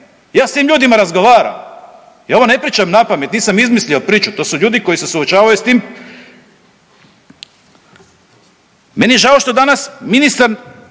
Ja s tim ljudima razgovaram, ja ovo ne pričam napamet, nisam izmislio priču, to su ljudi koji se suočavaju s tim. Meni je žao što danas ministar